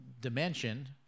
dimension